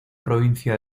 provincia